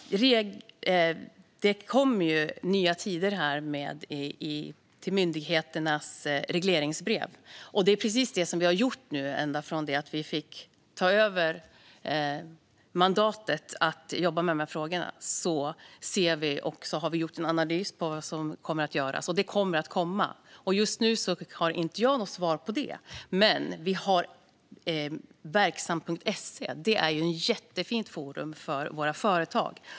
Fru talman! Det kommer nya tider när det gäller myndigheternas regleringsbrev. Det som vi har gjort ända från det att vi fick ta över mandatet att jobba med dessa frågor är att göra en analys av vad som ska göras. Det kommer att komma förslag. Just nu har jag inget annat svar att ge. Vi har Verksamt.se. Det är ett jättefint forum för våra företag.